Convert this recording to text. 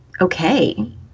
okay